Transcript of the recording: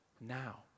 now